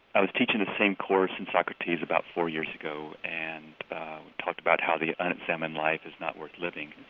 i was teaching the same course in socrates about four years ago and talked about how the unexamined life is not worth living.